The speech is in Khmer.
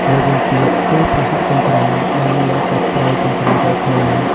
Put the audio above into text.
មួយវិញទៀត គឺ ប្រហុកចិញ្ច្រាំ ដែលមានសាច់ត្រីចិញ្ច្រាំចូលគ្នា។